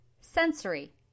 Sensory